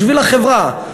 בשביל החברה,